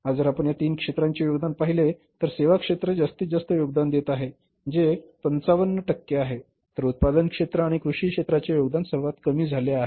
आज जर आपण या तीन क्षेत्रांचे योगदान पाहिले तर सेवा क्षेत्र जास्तीत जास्त योगदान देत आहे जे 55 टक्के आहे तर उत्पादन क्षेत्र आहे आणि कृषी क्षेत्राचे योगदान सर्वात कमी झाले आहे